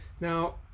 Now